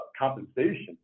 compensation